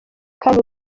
kanye